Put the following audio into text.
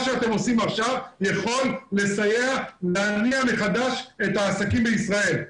מה שאתם עושים עכשיו יכול לסייע להניע מחדש את העסקים בישראל.